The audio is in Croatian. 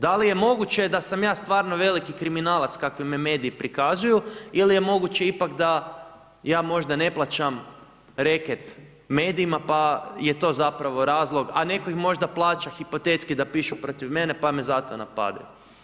Da li je moguće, da sam ja stvarno veliki kriminalac, kakvim me mediji prikazuju, ili je moguće ipak da, ja možda ne plaćam reket medijima pa je to zapravo razlog, a netko ih možda plaća, hipotetski da pišu protiv mene, pa me zato napadaju.